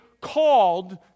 called